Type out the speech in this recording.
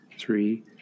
three